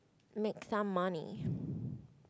make some money